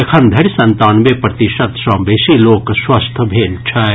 एखन धरि संतानवे प्रतिशत सँ बेसी लोक स्वस्थ भेल छथि